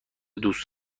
دوست